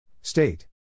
State